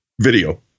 video